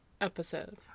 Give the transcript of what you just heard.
episode